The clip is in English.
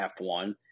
f1